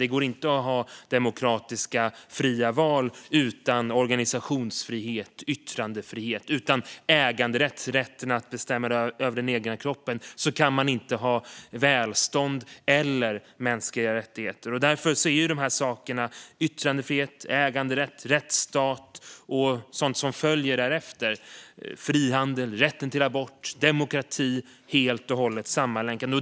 Det går inte att ha demokratiska fria val utan organisationsfrihet eller yttrandefrihet. Utan äganderätt och rätt att bestämma över den egna kroppen kan man inte ha välstånd eller mänskliga rättigheter. Därför är yttrandefrihet, äganderätt, rättsstat och sådant som följer därefter - frihandel, rätten till abort samt demokrati - helt och hållet sammanlänkade.